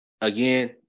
again